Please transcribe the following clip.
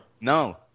No